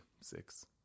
six